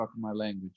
language